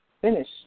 finish